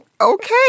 okay